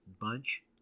bunch